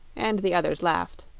and the others laughed.